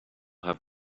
have